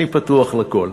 אני פתוח לכול.